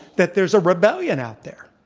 that there's a rebellion out there,